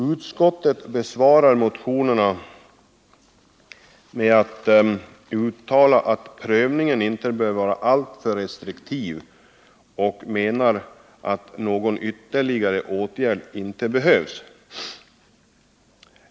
Utskottet besvarar motionerna genom att uttala att prövningen inte bör vara alltför restriktiv och menar att någon ytterligare åtgärd inte behövs.